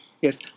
Yes